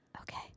okay